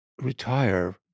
retire